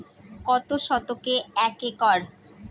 কত শতকে এক একর?